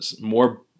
more